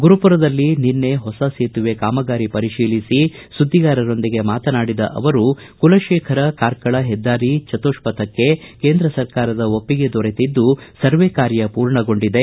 ಗುರುಪುರದಲ್ಲಿ ನಿನ್ನೆ ಹೊಸ ಸೇತುವೆ ಕಾಮಗಾರಿ ಪರಿತೀಲಿಸಿ ಸುದ್ದಿಗಾರರೊಂದಿಗೆ ಮಾತನಾಡಿದ ಅವರು ಕುಲಶೇಖರ ಕಾರ್ಕಳ ಹೆದ್ದಾರಿ ಚತುಷ್ಪಥಕ್ಕೆ ಕೇಂದ್ರ ಸರಕಾರದ ಒಪ್ಪಿಗೆ ದೊರೆತಿದ್ದು ಸರ್ವೆ ಕಾರ್ಯ ಪೂರ್ಣಗೊಂಡಿದೆ